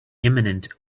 imminent